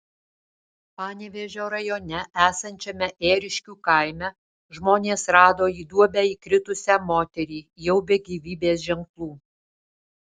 panevėžio rajone esančiame ėriškių kaime žmonės rado į duobę įkritusią moterį jau be gyvybės ženklų